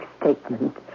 statement